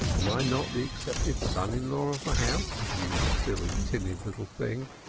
am i not the accepted son-in-law of the house, you silly timid little thing?